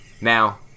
Now